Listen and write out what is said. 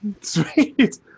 Sweet